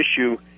issue